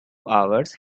hours